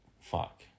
fuck